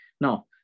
Now